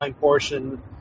portion